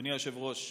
אדוני היושב-ראש,